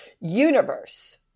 universe